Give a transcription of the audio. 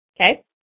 Okay